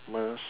merc